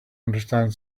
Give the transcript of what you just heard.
understand